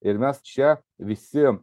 ir mes čia visi